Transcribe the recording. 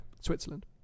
Switzerland